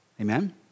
Amen